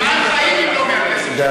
ממה הם חיים, אם לא מהכסף שלנו?